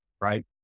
Right